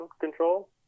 control